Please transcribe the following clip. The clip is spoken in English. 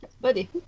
Buddy